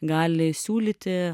gali siūlyti